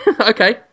Okay